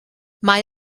mae